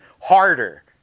harder